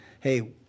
hey